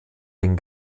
den